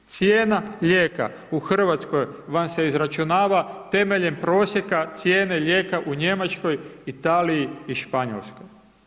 Cijena lijeka u Hrvatskoj vam se izračunava temeljem prosjeka cijene lijeka u Njemačkoj, Italiji i Španjolskoj.